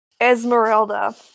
Esmeralda